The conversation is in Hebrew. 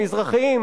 מזרחיים,